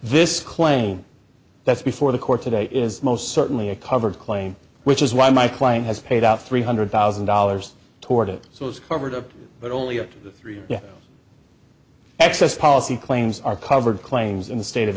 this claim that's before the court today is most certainly a covered claim which is why my client has paid out three hundred thousand dollars toward it so it's covered up but only if the three of you access policy claims are covered claims in the state of